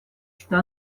что